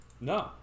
no